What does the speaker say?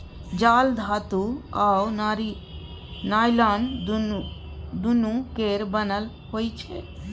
जाल धातु आ नॉयलान दुनु केर बनल होइ छै